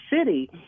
city